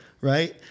Right